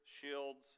shields